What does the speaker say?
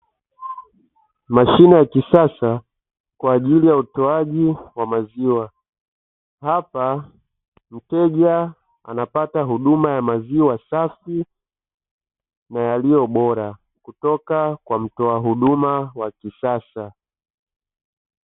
Mashine ya kisasa kwa ajili ya utoaji wa maziwa. Hapa mteja anapata huduma ya maziwa safi na yaliyo bora, kutoka kwa mtoa huduma wa kisasa.